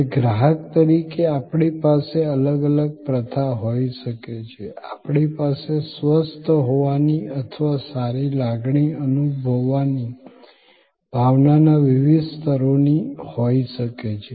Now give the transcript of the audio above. હવે ગ્રાહક તરીકે આપણી પાસે અલગ અલગ પ્રથા હોઈ શકે છે આપણી પાસે સ્વસ્થ હોવાની અથવા સારી લાગણી અનુભવવાની ભાવનાના વિવિધ સ્તરોની હોઈ શકે છે